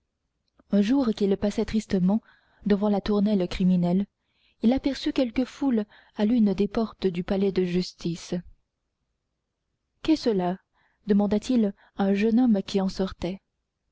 un jour qu'il passait tristement devant la tournelle criminelle il aperçut quelque foule à l'une des portes du palais de justice qu'est cela demanda-t-il à un jeune homme qui en sortait